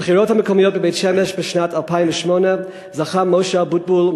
בבחירות המקומיות בבית-שמש בשנת 2008 זכה משה אבוטבול,